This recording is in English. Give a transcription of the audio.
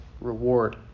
reward